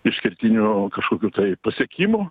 išskirtinių kažkokių tai pasiekimų